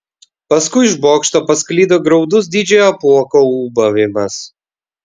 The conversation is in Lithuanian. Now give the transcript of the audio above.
paskui iš bokšto pasklido graudus didžiojo apuoko ūbavimas